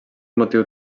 motiu